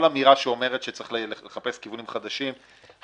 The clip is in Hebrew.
אמירה שאומרת שצריך לחפש כיוונים חדשים.